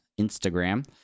instagram